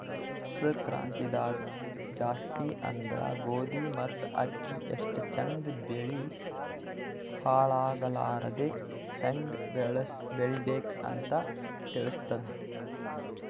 ಹಸ್ರ್ ಕ್ರಾಂತಿದಾಗ್ ಜಾಸ್ತಿ ಅಂದ್ರ ಗೋಧಿ ಮತ್ತ್ ಅಕ್ಕಿ ಎಷ್ಟ್ ಚಂದ್ ಬೆಳಿ ಹಾಳಾಗಲಾರದೆ ಹೆಂಗ್ ಬೆಳಿಬೇಕ್ ಅಂತ್ ತಿಳಸ್ತದ್